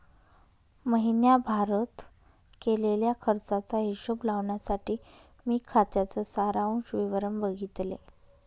महीण्याभारत केलेल्या खर्चाचा हिशोब लावण्यासाठी मी खात्याच सारांश विवरण बघितले